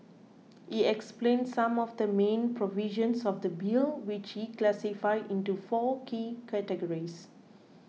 he explained some of the main provisions of the Bill which he classified into four key categories